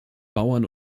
bauern